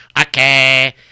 Okay